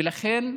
ולכן,